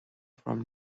from